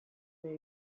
nahi